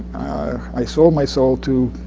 i sold my soul to